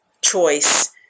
choice